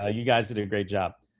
ah you guys did a great job.